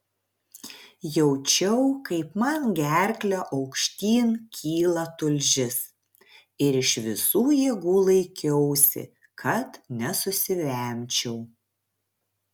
jaučiau kaip man gerkle aukštyn kyla tulžis ir iš visų jėgų laikiausi kad nesusivemčiau